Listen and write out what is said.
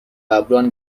ﺑﺒﺮﺍﻥ